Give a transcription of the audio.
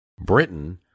Britain